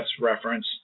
reference